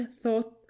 thought